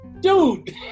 dude